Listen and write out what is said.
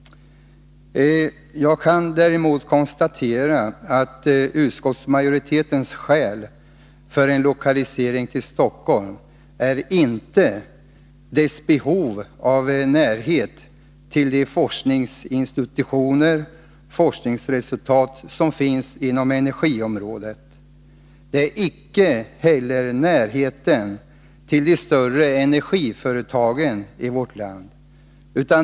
Jag kan däremot konstatera att utskottsmajoritetens skäl för en lokalisering till Stockholm inte är verkets behov av närhet till forskningsinstitutioner och forskningsresultat inom energiområdet, icke heller närheten till de större energiföretagen i vårt land.